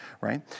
right